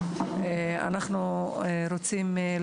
אדוני, בבקשה.